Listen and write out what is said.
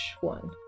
one